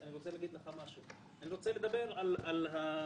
ואני יוצר גוף שנקרא ועדה בוחנת שמורכב משלושה שופטים,